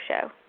show